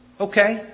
Okay